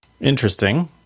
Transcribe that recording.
interesting